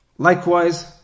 Likewise